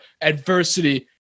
adversity